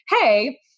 Hey